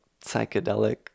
psychedelic